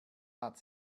hat